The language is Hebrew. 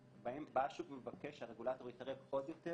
השוק מבקש שהרגולטור יתערב עוד יותר